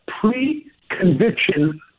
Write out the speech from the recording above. pre-conviction